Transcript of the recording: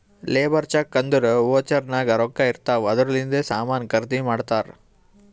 labour cheque ಅಂದುರ್ voucher ನಾಗ್ ರೊಕ್ಕಾ ಇರ್ತಾವ್ ಅದೂರ್ಲಿಂದೆ ಸಾಮಾನ್ ಖರ್ದಿ ಮಾಡ್ತಾರ್